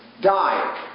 die